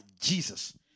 Jesus